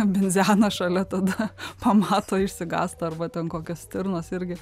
binzeną šalia tada pamato išsigąsta arba ten kokios stirnos irgi